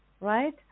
right